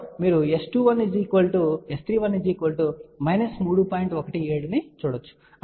17 ను చూడవచ్చు అంతకుముందు ఇది 3